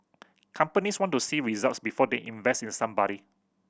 companies want to see results before they invest in somebody